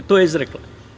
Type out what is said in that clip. To je izrekla.